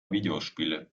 videospiele